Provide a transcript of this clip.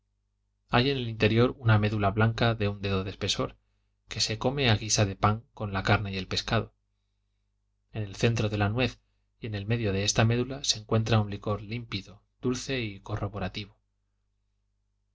hay en el interior una medula blanca de un dedo de espesor que se come a guisa de pan con la carne y el pescado en el centro de la nuez y en medio de esta medula se encuentra un licor h'mpido dulce y corroborativo si después de